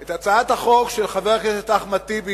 את הצעת החוק של חבר הכנסת אחמד טיבי,